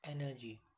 energy